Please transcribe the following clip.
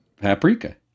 paprika